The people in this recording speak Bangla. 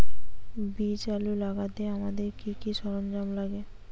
বীজ আলু লাগাতে আমাদের কি কি সরঞ্জাম লাগে?